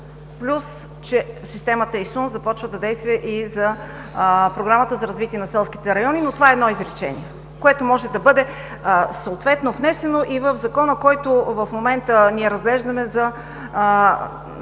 плюс е, че системата ИСУН започва да действа и за Програмата за развитие на селските райони, но това е едно изречение, което може да бъде внесено и в Закона, който ние в момента разглеждаме –